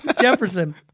Jefferson